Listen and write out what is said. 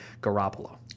Garoppolo